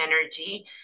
energy